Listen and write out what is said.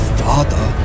father